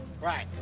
Right